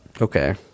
Okay